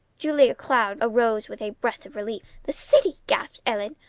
julia cloud arose with a breath of relief. the city! gasped ellen.